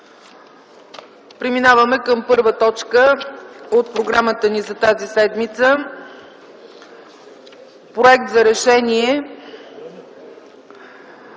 Преминаваме към първа точка от програмата ни за тази седмица: ПРОЕКТ ЗА РЕШЕНИЕ